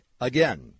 Again